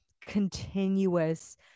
continuous